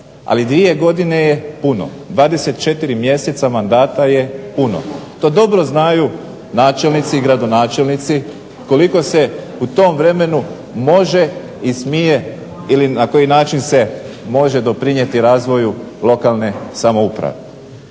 Ali dvije godine je puno, 24 mjeseca mandata je puno, to dobro znaju načelnici i gradonačelnici koliko se u tom vremenu može i smije ili na koji način se može doprinijeti razvoju lokalne samouprave.